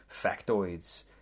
factoids